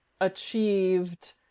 achieved